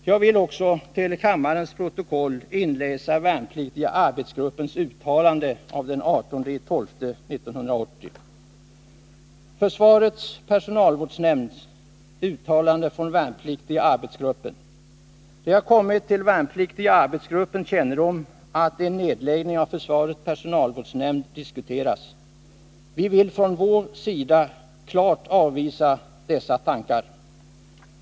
Jag vill också till kammarens protokoll inläsa värnpliktiga arbetsgruppens uttalande av den 18 december 1980: Det har kommit till Värnpliktiga Arbetsgruppens kännedom att en nedläggning av Försvarets Personalvårdsnämnd diskuteras. Vi vill från vår sida klart avvisa dessa tankar.